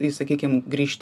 įsakykim grįžt